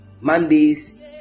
Mondays